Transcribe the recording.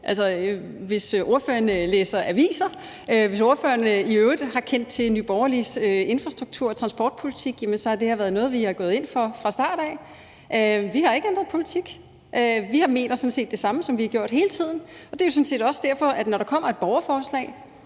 Hvis ordføreren læser aviser, og hvis ordføreren i øvrigt har kendt til Nye Borgerliges infrastruktur- og transportpolitik, så har det her været noget, vi er gået ind for fra start af. Vi har ikke ændret politik. Vi mener sådan set det samme, som vi har gjort hele tiden, og det er jo sådan set også derfor, at når der kommer et borgerforslag